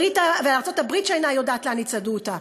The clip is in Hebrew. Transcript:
ולארצות-הברית שאינה יודעת לאן יצעידו אותה.